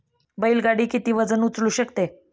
बैल गाडी किती वजन उचलू शकते?